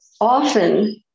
Often